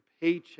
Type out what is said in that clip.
paycheck